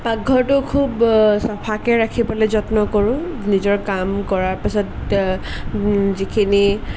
পাকঘৰটো খুব চাফাকে ৰাখিবলৈ যত্ন কৰোঁ নিজৰ কাম কৰাৰ পিছত যিখিনি